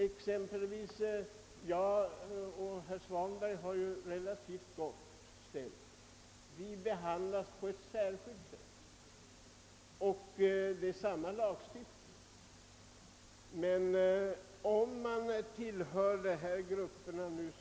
Exempelvis jag och herr Svanberg har det relativt gott ställt. Vi behandlas på ett särskilt sätt. Samma lagstiftning gäller för alla.